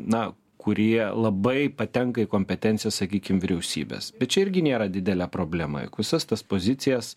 na kurie labai patenka į kompetenciją sakykim vyriausybės bet čia irgi nėra didelė problema jog visas tas pozicijas